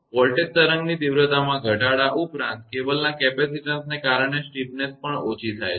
voltage તરંગની તીવ્રતામાં ઘટાડા ઉપરાંત કેબલના કેપેસિટીન્સને કારણે સ્ટીપનેસ પણ ઓછી થાય છે